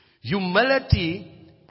Humility